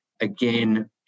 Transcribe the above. again